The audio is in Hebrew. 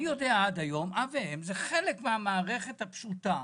אני יודע עד היום שאב ואם זה חלק מהמערכת הפשוטה